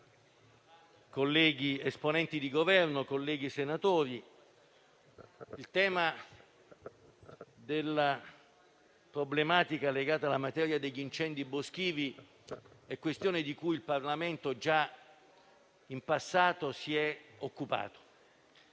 esponenti di Governo, colleghi senatori. la problematica legata agli incendi boschivi è questione di cui il Parlamento già in passato si è occupato.